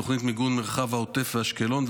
בתוכנית מיגון מרחב העוטף ואשקלון,